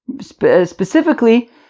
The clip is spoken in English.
specifically